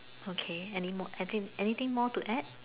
okay any more I think any thing more to add